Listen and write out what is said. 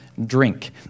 drink